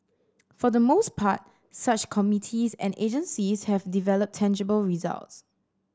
for the most part such committees and agencies have delivered tangible results